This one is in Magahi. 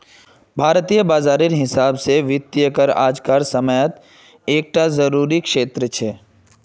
भारतीय बाजारेर हिसाब से वित्तिय करिएर आज कार समयेत एक टा ज़रूरी क्षेत्र छे